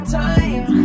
time